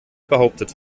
behauptet